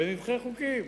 ונדחה חוקים.